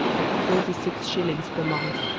at thirty-six shillings per month,